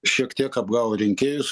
šiek tiek apgavo rinkėjus